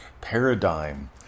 paradigm